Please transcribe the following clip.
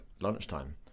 lunchtime